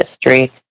history